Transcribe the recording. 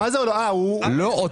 אז